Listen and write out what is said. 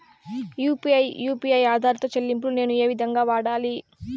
UPI U P I ఆధారిత చెల్లింపులు నేను ఏ విధంగా వాడాలి?